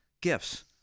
gifts